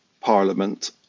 Parliament